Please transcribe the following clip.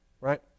Right